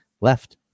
left